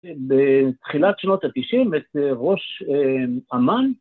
‫בתחילת שנות ה-90, את ראש אמן.